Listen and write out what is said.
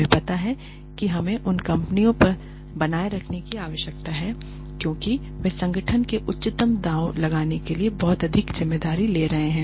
हमें पता है कि हमें उन्हें कंपनी पर बनाए रखने की आवश्यकता है क्योंकि वे संगठन में उच्चतम दांव लगाने के लिए बहुत अधिक ज़िम्मेदारी ले रहे हैं